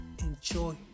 Enjoy